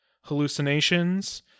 hallucinations